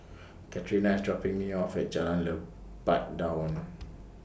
Catrina IS dropping Me off At Jalan Lebat Daun